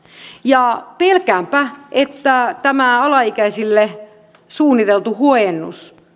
ja pelkäänpä että tämä alaikäisille suunniteltu huojennus